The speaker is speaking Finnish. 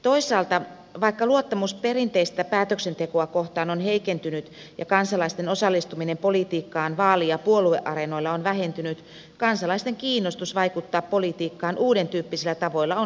toisaalta vaikka luottamus perinteistä päätöksentekoa kohtaan on heikentynyt ja kansalaisten osallistuminen politiikkaan vaali ja puolueareenoilla on vähentynyt kansalaisten kiinnostus vaikuttaa politiikkaan uudentyyppisillä tavoilla on lisääntynyt